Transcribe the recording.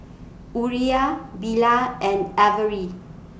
Uriah Bilal and Avery